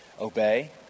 Obey